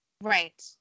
right